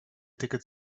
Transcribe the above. ticket